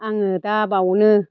आङो दा बावनो